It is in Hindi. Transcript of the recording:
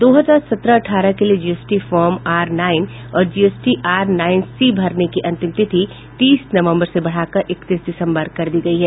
दो हजार सत्रह अठारह के लिए जीएसटी फार्म आर नाईन और जीएसटी आर नाईन सी भरने की अंतिम तिथि तीस नवम्बर से बढ़ाकर इकतीस दिसम्बर कर दी गयी है